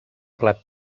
plat